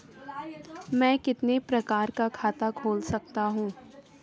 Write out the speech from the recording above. मैं कितने प्रकार का खाता खोल सकता हूँ?